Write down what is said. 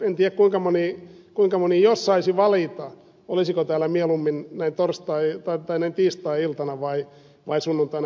en tiedä kuinka moni niin tekisi jos saisi valita olisiko täällä mieluummin näin tiistai iltana vai sunnuntaina iltapäivällä